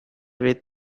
with